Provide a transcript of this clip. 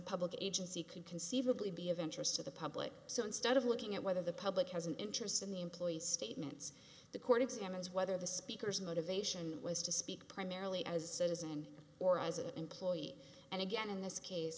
a public agency could conceivably be of interest to the public so instead of looking at whether the public has an interest in the employee statements the court examines whether the speaker's motivation was to speak primarily as it isn't or as an employee and again in this case